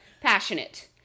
Passionate